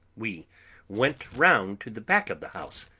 we went round to the back of the house,